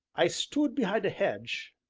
i stood behind a hedge,